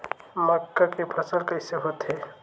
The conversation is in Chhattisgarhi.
मक्का के फसल कइसे होथे?